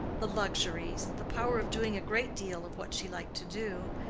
the luxuries, the power of doing a great deal of what she liked to do,